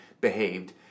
behaved